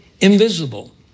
invisible